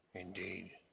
Indeed